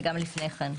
וגם לפני כן.